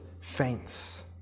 faints